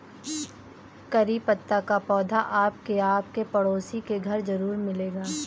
करी पत्ता का पौधा आपके या आपके पड़ोसी के घर ज़रूर मिलेगा